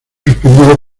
suspendido